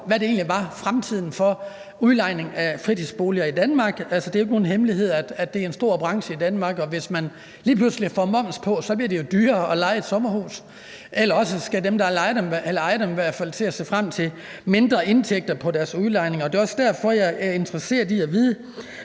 hvad der egentlig var fremtiden for udlejning af fritidsboliger i Danmark. Altså, det er jo ikke nogen hemmelighed, at det er en stor branche i Danmark, og hvis der lige pludselig kommer moms på, så bliver det jo dyrere at leje et sommerhus, eller også skal de, der ejer dem, i hvert fald til at se frem til mindre indtægter på deres udlejning. Det er også derfor, jeg er interesseret i at vide